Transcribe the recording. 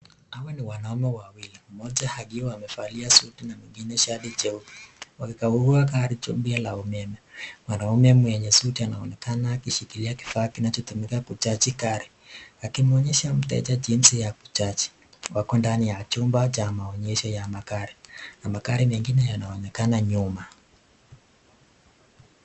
Hawa ni wanaume wawili. Mmoja akiwa amevalia suti na mwingine shati jeupe wakikagua gari jipya la umeme. Mwanaume mwenye suti anaonekana akishikilia kifaa kinachotumika ku charge gari, akimuonyesha mteja jinsi ya ku charge . Wako ndani ya chumba cha maonyesho ya magari. Na magari mengine yanaonekana nyuma.